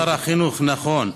שר החינוך, נכון.